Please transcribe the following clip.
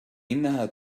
إنها